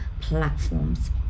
platforms